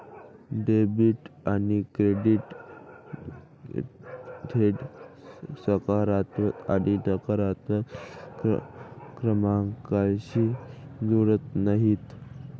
debit आणि credit थेट सकारात्मक आणि नकारात्मक क्रमांकांशी जुळत नाहीत